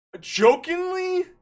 Jokingly